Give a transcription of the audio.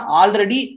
already